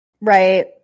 Right